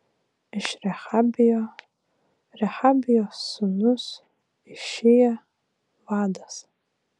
iš rehabijo rehabijo sūnus išija vadas